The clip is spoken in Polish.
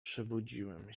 przebudziłem